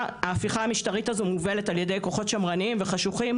ההפיכה המשטרית הזו מובלת על ידי כוחות שמרניים וחשוכים,